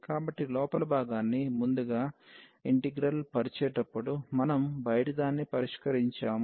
కాబట్టి లోపలి భాగాన్ని ముందుగా ఇంటిగ్రల్ పరిచేటప్పుడు మనం బయటిదాన్ని పరిష్కరించాము